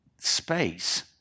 space